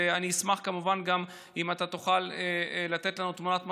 ואני אשמח כמובן גם אם אתה תוכל לתת לנו תמונת מצב.